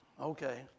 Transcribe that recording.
Okay